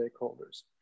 stakeholders